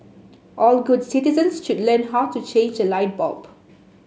all good citizens should learn how to change a light bulb